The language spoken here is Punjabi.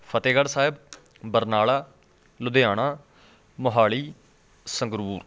ਫਤਿਹਗੜ੍ਹ ਸਾਹਿਬ ਬਰਨਾਲਾ ਲੁਧਿਆਣਾ ਮੋਹਾਲੀ ਸੰਗਰੂਰ